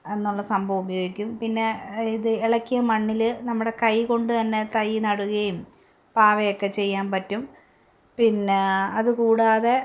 എന്നുള്ള സംഭവം ഉപയോഗിക്കും പിന്നെ ഇത് ഇളക്കിയ മണ്ണിൽ നമ്മുടെ കൈ കൊണ്ട് തന്നെ തൈ നടുകയും പാവയൊക്കെ ചെയ്യാൻ പറ്റും പിന്നെ അത് കൂടാതെ